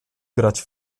grać